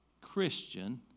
Christian